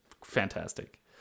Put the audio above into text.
fantastic